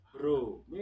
Bro